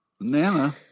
Nana